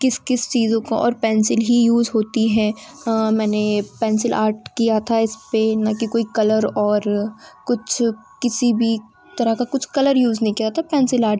किस किस चीज़ो का और पेंसिल ही यूज़ होती है हाँ मैंने पेंसिल आर्ट किया था इस पर न कि कोई कलर और कुछ किसी भी तरह का कुछ कलर यूज़ नहीं किया था पेंसिल आर्ट